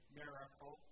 miracle